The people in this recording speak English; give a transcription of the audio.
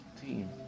team